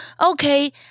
okay